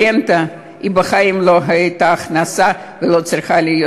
רנטה בחיים לא הייתה הכנסה ולא צריכה להיות.